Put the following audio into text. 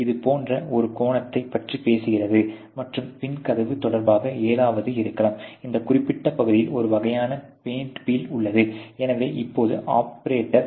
இது போன்ற ஒரு கோணத்தை பற்றி பேசுகிறது மற்றும் பின் கதவு தொடர்பாக ஏதாவது இருக்கலாம் இந்த குறிப்பிட்ட பகுதியில் ஒரு வகையான பெயிண்ட் பீல் உள்ளது எனவே இப்போது ஆபரேட்டர்